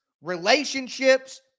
relationships